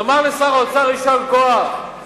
לומר לשר האוצר: יישר כוח.